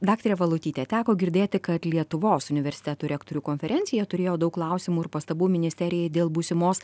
daktare valutyte teko girdėti kad lietuvos universitetų rektorių konferencija turėjo daug klausimų ir pastabų ministerijai dėl būsimos